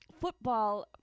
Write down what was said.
football